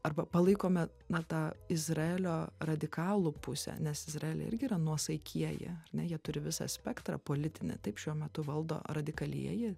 arba palaikome na tą izraelio radikalų pusę nes izraely irgi yra nuosaikieji ar ne jie turi visą spektrą politinį taip šiuo metu valdo radikalieji